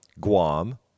Guam